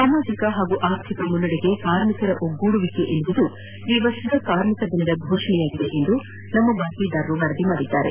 ಸಾಮಾಜಿಕ ಹಾಗೂ ಆರ್ಥಿಕ ಮುನ್ನಡೆಗೆ ಕಾರ್ಮಿಕರ ಒಗ್ಗೂಡುವಿಕೆ ಎಂಬುದು ಈ ವರ್ಷದ ಕಾರ್ಮಿಕ ದಿನದ ಘೋಷಣೆಯಾಗಿದೆ ಎಂದು ನಮ್ನ ಆಕಾಶವಾಣಿ ಬಾತ್ಸೀದಾರರು ವರದಿ ಮಾಡಿದ್ದಾರೆ